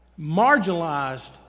Marginalized